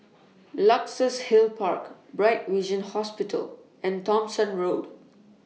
Luxus Hill Park Bright Vision Hospital and Thomson Road